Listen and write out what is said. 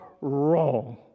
wrong